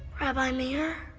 rabbi meir?